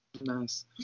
Nice